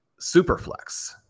Superflex